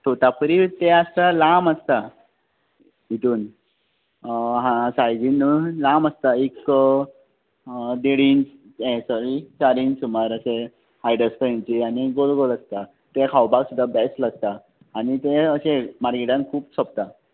तोतापुरी ते आसता लांब आसता हितून हा सायजीन न्हय लांब आसता एक देड ईंच ये सॉरी चार ईंच सुमार अशे हायट आसता हांची आनी गोड गोड आसता ते खावपाक सुद्दां बॅस्ट लागता आनी ते अशें मार्केटान खूब सोंपता